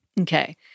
Okay